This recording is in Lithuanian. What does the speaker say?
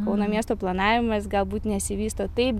kauno miesto planavimas galbūt nesivysto taip